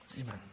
Amen